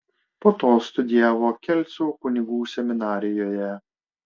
po to studijavo kelcų kunigų seminarijoje